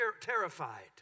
terrified